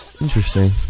Interesting